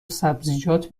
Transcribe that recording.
سبزیجات